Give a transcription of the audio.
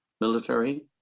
military